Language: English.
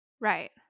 Right